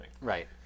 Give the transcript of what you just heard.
Right